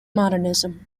modernism